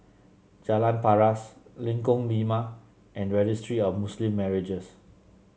Jalan Paras Lengkong Lima and Registry of Muslim Marriages